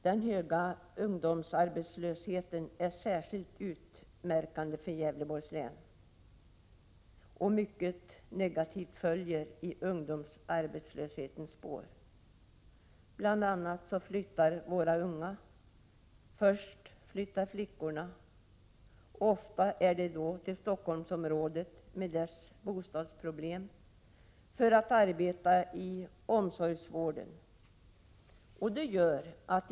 Den höga ungdomsarbetslösheten är särskilt utmärkande för Gävleborgs län, och mycket negativt följer i ungdomsarbetslöshetens spår. Bl. a. flyttar våra unga. Först flyttar flickorna, ofta till Stockholmsområdet med dess bostadsproblem för att arbeta i omsorgsoch vårdyrken.